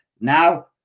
Now